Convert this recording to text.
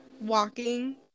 walking